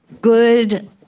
Good